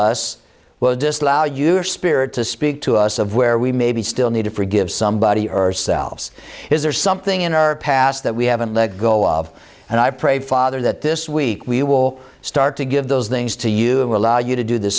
was disallowed you are spirit to speak to us of where we may be still need to forgive somebody earth selves is there something in our past that we haven't let go of and i pray father that this week we will start to give those things to you allow you to do the